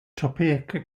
topeka